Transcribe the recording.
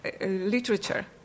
literature